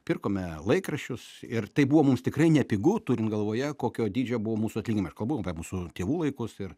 pirkome laikraščius ir tai buvo mums tikrai nepigu turint galvoje kokio dydžio buvo mūsų atlyginimai aš kalbu mūsų tėvų laikus ir